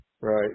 Right